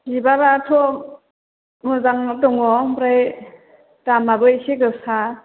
बिबाराथ' मोजां दङ ओमफ्राय दामाबो एसे गोसा